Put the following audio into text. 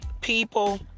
People